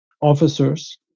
officers